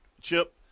Chip